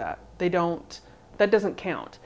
that they don't that doesn't count